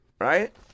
right